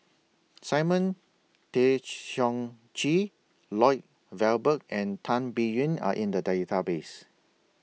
Simon Tay Seong Chee Lloyd Valberg and Tan Biyun Are in The Database